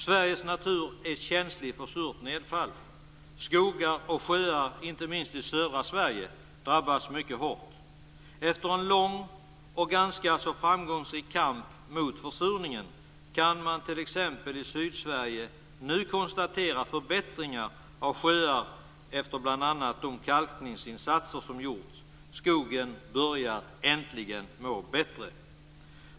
Sveriges natur är känslig för surt nedfall. Skogar och sjöar, inte minst i södra Sverige, drabbas mycket hårt. Efter en lång och ganska framgångsrik kamp mot försurningen kan man t.ex. i Sydsverige nu konstatera förbättringar vad gäller sjöar, bl.a. efter de kalkningsinsatser som gjorts. Skogen börjar äntligen må bättre.